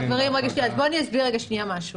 חברים, אז בואו אני אסביר רגע משהו.